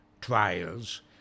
trials